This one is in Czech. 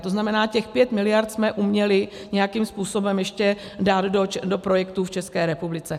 To znamená, těch 5 mld. jsme uměli nějakým způsobem ještě dát do projektů v České republice.